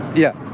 yeah.